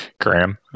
Graham